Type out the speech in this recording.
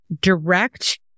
Direct